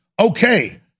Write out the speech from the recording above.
Okay